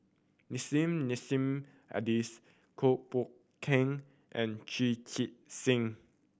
Nissim Nassim Adis Kuo Pao Kun and Chu Chee Seng